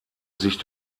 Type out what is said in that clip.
sich